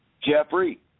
Jeffrey